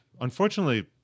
Unfortunately